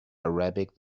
arabic